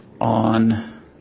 on